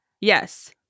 yes